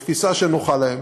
בתפיסה שנוחה להם,